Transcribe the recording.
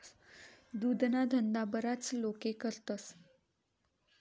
दुधना धंदा बराच लोके करतस